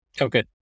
okay